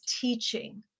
teaching